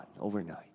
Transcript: overnight